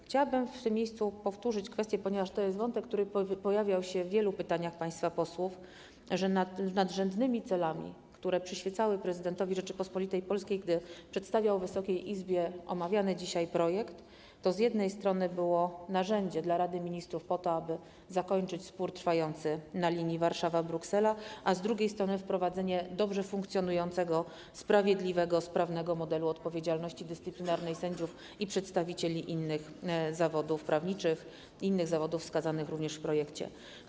Chciałabym w tym miejscu powtórzyć, ponieważ to jest wątek, który pojawiał się w wielu pytaniach państwa posłów, że nadrzędne cele, które przyświecały prezydentowi Rzeczypospolitej Polskiej, gdy przedstawiał Wysokiej Izbie omawiany dzisiaj projekt, to z jednej strony danie narzędzia Radzie Ministrów po to, aby zakończyć spór trwający na linii Warszawa - Bruksela, a z drugiej strony wprowadzenie dobrze funkcjonującego, sprawiedliwego, sprawnego modelu odpowiedzialności dyscyplinarnej sędziów i przedstawicieli innych zawodów prawniczych, innych zawodów wskazanych również w projekcie.